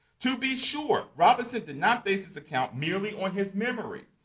to be sure, robinson did not base this account merely on his memory.